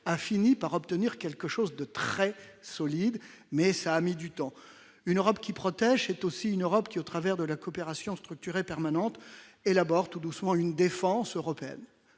a fini par obtenir quelque chose de très solides, mais ça a mis du temps, une Europe qui protège, c'est aussi une Europe qui, au travers de la coopération structurée permanente élabore tout doucement une défense européenne,